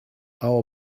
our